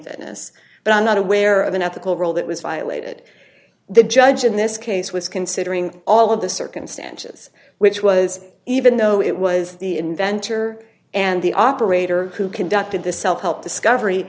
tennis but i'm not aware of an ethical rule that was violated the judge in this case was considering all of the circumstances which was even though it was the inventor and the operator who conducted the self help discovery